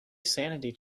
sanity